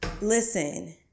listen